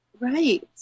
Right